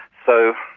so,